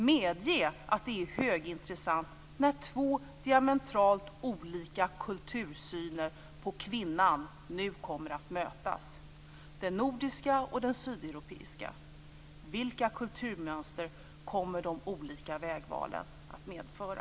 Medge att det är högintressant att två diametralt olika kultursyner på kvinnan nu kommer att mötas, den nordiska och den sydeuropeiska. Vilka kulturmönster kommer de olika vägvalen att medföra?